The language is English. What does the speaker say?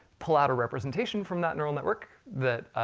pull out a representation from that neural network, that